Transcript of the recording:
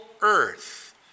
earth